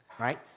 Right